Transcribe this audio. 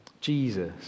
Jesus